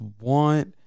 want